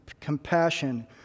compassion